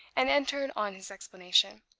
and entered on his explanation.